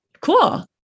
cool